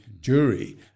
jury